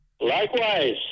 Likewise